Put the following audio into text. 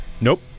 nope